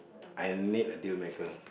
I need a dealmaker